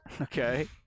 Okay